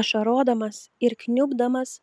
ašarodamas ir kniubdamas